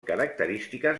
característiques